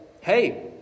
hey